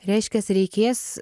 reiškias reikės